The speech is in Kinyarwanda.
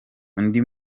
undi